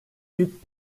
büyük